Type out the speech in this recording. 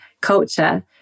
culture